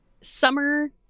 summer